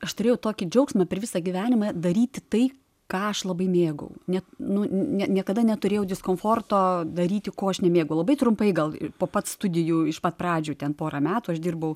aš turėjau tokį džiaugsmą per visą gyvenimą daryti tai ką aš labai mėgau ne nu ne niekada neturėjau diskomforto daryti ko aš nemėgau labai trumpai gal po pat studijų iš pat pradžių ten porą metų aš dirbau